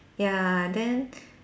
ya then